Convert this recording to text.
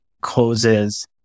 closes